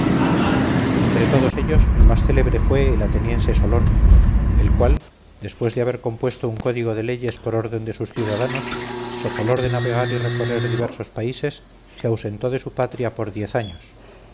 entre todos ellos el más célebre fue el ateniense solón el cual después de haber compuesto un código de leyes por orden de sus ciudadanos so color de navegar y recorrer diversos países se ausentó de su patria por diez años